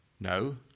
No